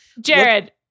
Jared